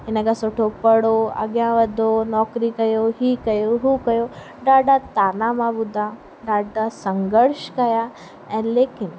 हिन खां सुठो पढ़ो अॻियां वधो नौकिरी कयो इहो कयो उहो कयो ॾाढा ताना मां ॿुधा ॾाढा संघर्ष कयां ऐं लेकिन